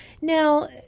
Now